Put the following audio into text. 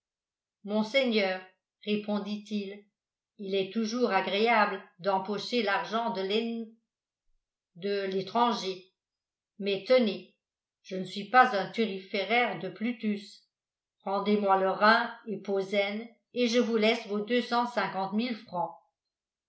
monseigneur répondit-il il est toujours agréable d'empocher l'argent de l'ennem de l'étranger mais tenez je ne suis pas un thuriféraire de plutus rendez-moi le rhin et posen et je vous laisse vos